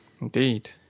Indeed